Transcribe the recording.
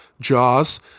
jaws